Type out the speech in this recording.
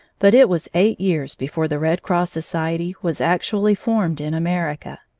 but it was eight years before the red cross society was actually formed in america.